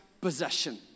possession